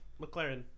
McLaren